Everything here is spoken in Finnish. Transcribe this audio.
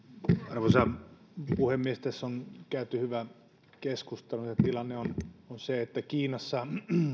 arvoisa puhemies tässä on käyty hyvä keskustelu ja tilanne on se että kiinassa